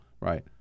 right